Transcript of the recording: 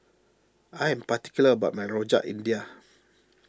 I am particular about my Rojak India